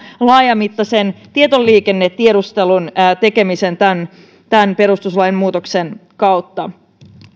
laajamittaisen tietoliikennetiedustelun tekemisen tämän tämän perustuslain muutoksen kautta